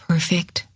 Perfect